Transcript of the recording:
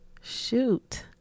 Shoot